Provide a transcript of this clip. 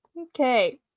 Okay